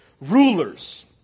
rulers